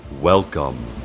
Welcome